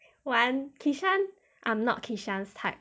one kishan I'm not kishan's type